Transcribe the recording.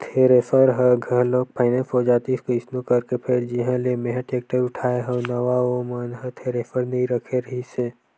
thresher ह घलोक finance हो जातिस कइसनो करके फेर जिहाँ ले मेंहा टेक्टर उठाय हव नवा ओ मन ह थेरेसर नइ रखे रिहिस हे